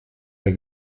der